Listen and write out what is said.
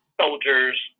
soldiers